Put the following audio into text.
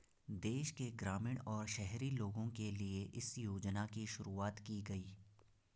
देश के ग्रामीण और शहरी लोगो के लिए इस योजना की शुरूवात की गयी